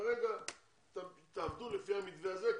כרגע תעבדו לפי המתווה הזה,